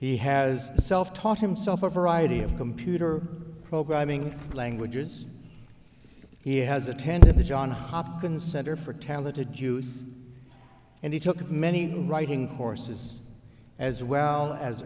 he has self taught himself a variety of computer programming languages he has attended the john hopkins center for talented jews and he took many writing courses as well as